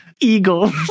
Eagle